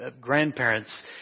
grandparents